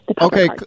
Okay